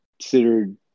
considered